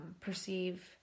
perceive